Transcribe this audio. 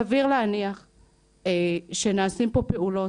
סביר להניח שנעשות פה פעולות,